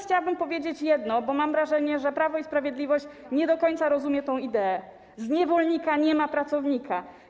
Chciałabym teraz powiedzieć jedno, bo mam wrażenie, że Prawo i Sprawiedliwość nie do końca rozumie tę ideę: z niewolnika nie ma pracownika.